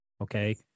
okay